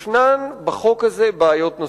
יש בחוק הזה בעיות נוספות.